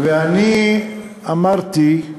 ואני אמרתי,